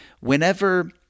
whenever